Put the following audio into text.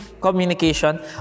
communication